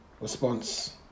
Response